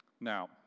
Now